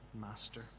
master